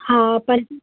हा पंज सौ